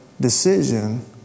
decision